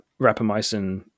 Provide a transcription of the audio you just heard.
rapamycin